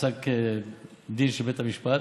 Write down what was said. בפסק דין של בית המשפט.